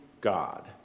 God